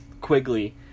Quigley